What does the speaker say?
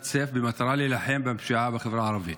סי"ף במטרה להילחם בפשיעה בחברה הערבית.